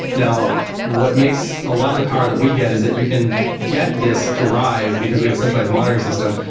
now, what makes a lot of the power that we get is that you can get this drive, because we have centralized monitoring system,